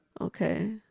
Okay